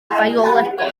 biolegol